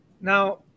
Now